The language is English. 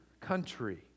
country